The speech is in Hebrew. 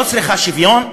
לא צריכה שוויון,